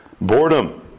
boredom